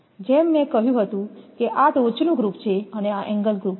જેમ મેં કહ્યું હતું કે આ ટોચનું ગ્રુપ છે અને આ એંગલ ગ્રુપ છે